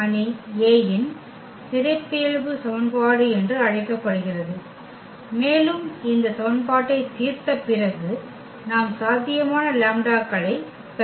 எனவே இந்த சமன்பாடு அணி A இன் சிறப்பியல்பு சமன்பாடு என்று அழைக்கப்படுகிறது மேலும் இந்த சமன்பாட்டைத் தீர்த்த பிறகு நாம் சாத்தியமான லாம்ப்டாக்களைப் பெறலாம்